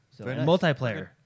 Multiplayer